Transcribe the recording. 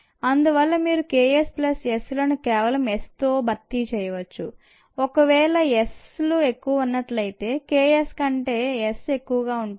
అందువల్ల మీరు K s plus s లను కేవలం Sతో మాత్రమే భర్తీ చేయవచ్చు ఒకవేళ S లు ఎక్కువగా ఉన్నట్లయితే K s కంటే చాలా ఎక్కువగా ఉంటుంది